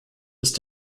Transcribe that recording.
ist